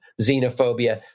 xenophobia